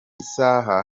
saha